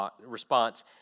response